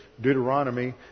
Deuteronomy